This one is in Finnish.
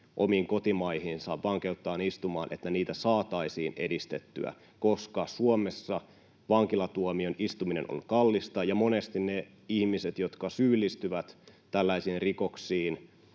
omiin kotimaihinsa vankeuttaan istumaan saataisiin edistettyä, koska Suomessa vankilatuomion istuminen on kallista ja monesti niitä ihmisiä, jotka syyllistyvät tällaisiin rikoksiin